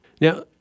Now